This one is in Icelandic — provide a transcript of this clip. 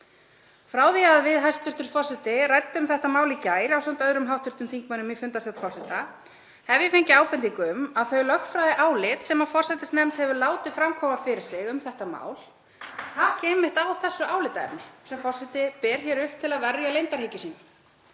Frá því að við hæstv. forseti ræddum um þetta mál í gær ásamt öðrum hv. þingmönnum í fundarstjórn forseta hef ég fengið ábendingu um að þau lögfræðiálit sem forsætisnefnd hefur látið framkvæma fyrir sig um þetta mál taki einmitt á þessu álitaefni sem forseti ber hér upp til að verja leyndarhyggju